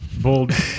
Bold